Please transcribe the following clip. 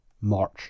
march